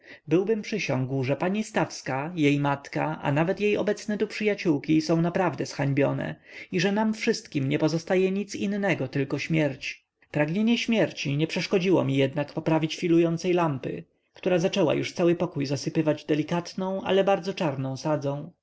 byłbym przysiągł że pani stawska jej matka a nawet jej obecne tu przyjaciółki są naprawdę zhańbione i że nam wszystkim nie pozostaje nic innego tylko śmierć pragnienie śmierci nie przeszkodziło mi jednak poprawić filującej lampy która zaczęła już cały pokój zasypywać delikatną ale bardzo czarną sadzą